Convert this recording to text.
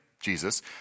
Jesus